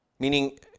Meaning